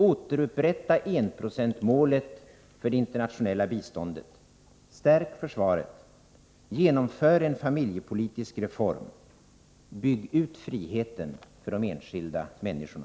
Återupprätta enprocentsmålet för det internationella biståndet! Stärk försvaret! Genomför en familjepolitisk reform! Bygg ut friheten för de enskilda människorna!